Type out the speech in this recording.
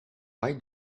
why